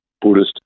Buddhist